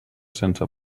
sense